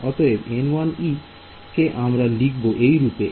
অতএব কে আমরা লিখব এইরূপে